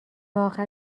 اخر